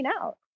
out